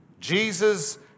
Jesus